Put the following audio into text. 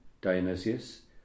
Dionysius